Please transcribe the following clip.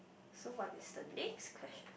so what is the next question